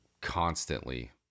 constantly